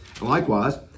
Likewise